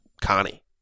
Connie